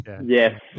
yes